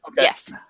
Yes